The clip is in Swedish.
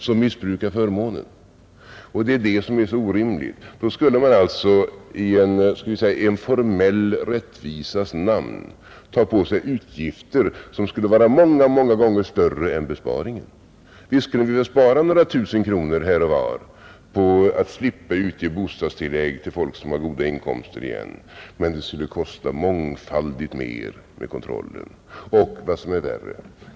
— som missbrukar förmånen, Det är det som är så orimligt. Då skulle man alltså i en formell rättvisas namn ta på sig utgifter som skulle vara många gånger större än besparingen. Visst skulle vi väl spara några tusen kronor här och var på att slippa utge bostadstillägg till folk som har goda inkomster igen, men det skulle kosta mångfaldigt mer med kontrollen.